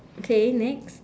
okay next